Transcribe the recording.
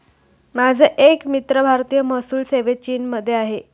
माझा एक मित्र भारतीय महसूल सेवेत चीनमध्ये आहे